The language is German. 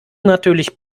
natürlich